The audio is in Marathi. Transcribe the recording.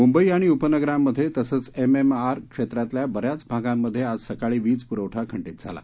मुंबई आणि उपनगरांमधे तसंच एमएमआर क्षेत्रातल्या बऱ्याच भागांमधे आज सकाळी वीजपुरवठा खंडीत झाला